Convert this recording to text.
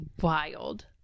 wild